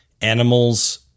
animals